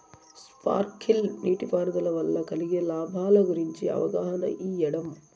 Sprinkle నీటిపారుదల వల్ల కలిగే లాభాల గురించి అవగాహన ఇయ్యడం?